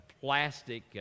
plastic